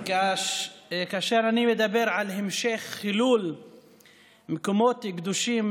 כאשר אני מדבר על המשך חילול מקומות קדושים